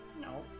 No